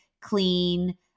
clean